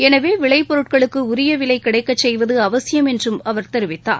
எனவே விளைப்பொருட்களுக்கு உரிய விலை கிடைக்க செய்வது அவசியம் என்றும் அவர் தெரிவித்தார்